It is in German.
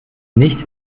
nicht